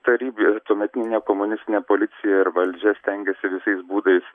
taryb ir tuometinė komunistinė policija ir valdžia stengėsi visais būdais